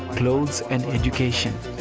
clothes, and education,